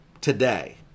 today